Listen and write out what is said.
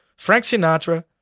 frank sinatra,